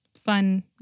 fun